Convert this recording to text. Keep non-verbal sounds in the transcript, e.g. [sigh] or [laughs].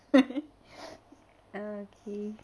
[laughs] uh okay